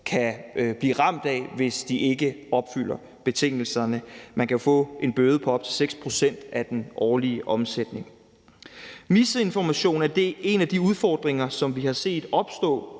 kan blive ramt af, hvis de ikke opfylder betingelserne. De kan få en bøde på op til 6 pct. af den årlige omsætning. Misinformation er en af de udfordringer, som vi har set opstå